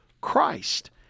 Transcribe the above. Christ